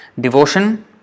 Devotion